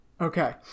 Okay